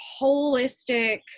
holistic